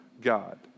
God